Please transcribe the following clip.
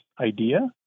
idea